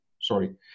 Sorry